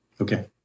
Okay